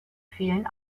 fehlen